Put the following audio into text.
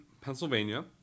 Pennsylvania